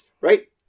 right